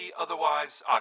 otherwise